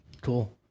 Cool